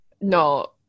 No